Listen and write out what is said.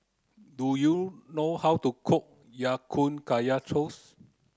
do you know how to cook Ya Kun Kaya Toast